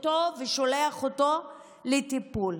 אותו ושולח אותו לטיפול.